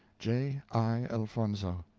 j. i. elfonzo.